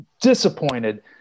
disappointed